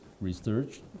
research